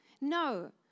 No